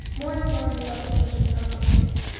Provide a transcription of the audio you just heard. more and more he loved to shut himself up in it.